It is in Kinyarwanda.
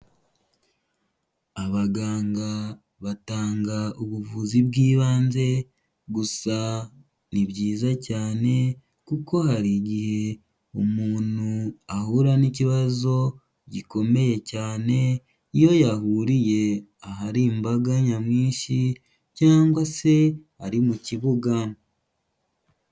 Abaganga batanga ubuvuzi bw'ibanze, gusa ni byiza cyane kuko hari igihe umuntu ahura n'ikibazo gikomeye cyane, iyo yahuriye ahari imbaga nyamwinshi cyangwa se ari mu kibuga.